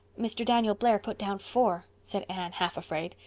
mr. daniel blair put down four, said anne, half afraid.